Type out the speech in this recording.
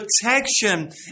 protection